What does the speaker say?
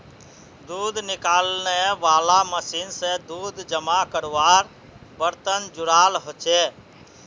दूध निकालनेवाला मशीन से दूध जमा कारवार बर्तन जुराल होचे